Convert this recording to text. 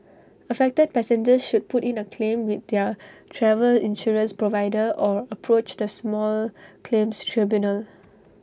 affected passengers should put in A claim with their travel insurance provider or approach the small claims tribunal